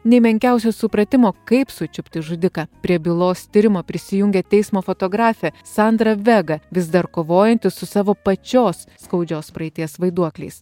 nei menkiausio supratimo kaip sučiupti žudiką prie bylos tyrimo prisijungė teismo fotografė sandra vega vis dar kovojanti su savo pačios skaudžios praeities vaiduokliais